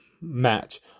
match